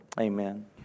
Amen